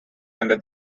under